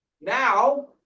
now